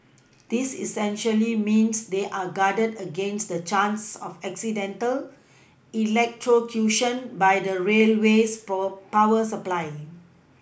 this essentially means they are guarded against the chance of accidental electrocution by the railway's poor power supply